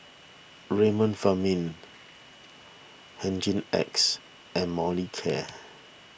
Remifemin Hygin X and Molicare